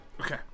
Okay